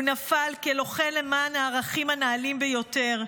הוא נפל כלוחם למען הערכים הנעלים ביותר,